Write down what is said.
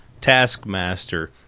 taskmaster